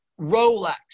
rolex